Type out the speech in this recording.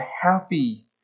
happy